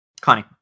Connie